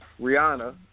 Rihanna